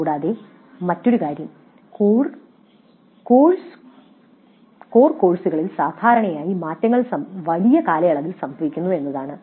കൂടാതെ മറ്റൊരു കാര്യം കോർ കോഴ്സുകളിൽ സാധാരണയായി മാറ്റങ്ങൾ വലിയ കാലയളവിൽ സംഭവിക്കുന്നു എന്നതാണ്